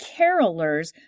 Carolers